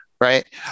Right